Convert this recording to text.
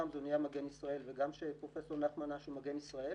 נהיה ראש מגן ישראל וכשפרופ' נחמן אש ראש מגן ישראל,